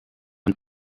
een